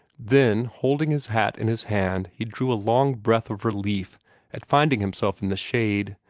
then, holding his hat in his hand, he drew a long breath of relief at finding himself in the shade,